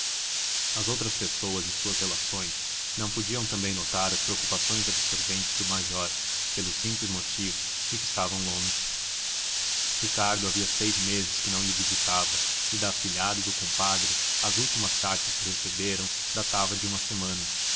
as outras pessoas de suas relações não podiam também notar as preocupações absorventes do major pelo simples motivo de que estavam longe ricardo havia seis meses que não lhe visitara e da afilhada e do compadre as últimas cartas que recebera datavam de uma semana